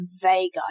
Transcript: vague